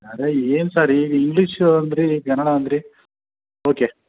ಅರೆ ಏನು ಸರ್ ಈಗ ಇಂಗ್ಲಿಷು ಅಂದಿರಿ ಈಗ ಕನ್ನಡ ಅಂದಿರಿ ಓಕೆ